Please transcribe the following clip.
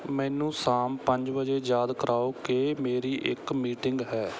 ਮੈਨੂੰ ਸ਼ਾਮ ਪੰਜ ਵਜੇ ਯਾਦ ਕਰਾਓ ਕਿ ਮੇਰੀ ਇੱਕ ਮੀਟਿੰਗ ਹੈ